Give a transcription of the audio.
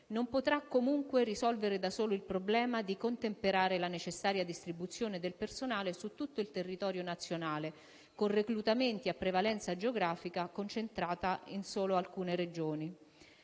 non potrà comunque risolvere da solo il problema di contemperare la necessaria distribuzione del personale su tutto il territorio nazionale con reclutamenti a prevalenza geografica concentrata solo in alcune Regioni.